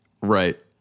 right